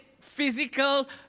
physical